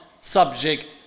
subject